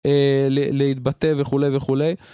להתבטא וכולי וכולי.